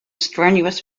strenuous